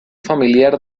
familiar